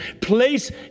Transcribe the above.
Place